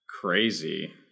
crazy